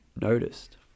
noticed